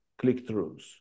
click-throughs